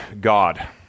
God